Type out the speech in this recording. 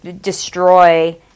destroy